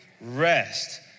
rest